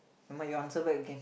never mind you answer back again